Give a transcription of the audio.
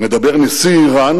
מדבר נשיא אירן